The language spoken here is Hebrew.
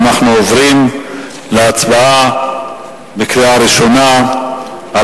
אנחנו עוברים להצבעה בקריאה ראשונה על